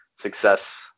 success